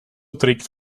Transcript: trägt